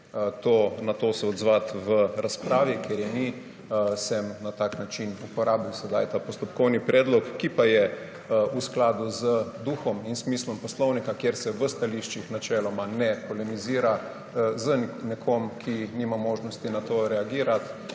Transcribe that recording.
na to se odzvati v razpravi, ker je ni, sem na tak način uporabil sedaj ta postopkovni predlog. Ki pa je v skladu z duhom in smislom poslovnika, kjer se v stališčih načeloma ne polemizira z nekom, ki nima možnosti na to reagirati